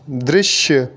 दृश्य